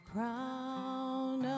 Crown